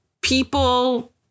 people